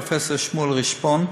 פרופסור שמואל רשפון,